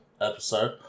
episode